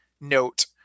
note